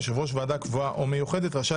יושב-ראש ועדה קבועה או מיוחדת רשאי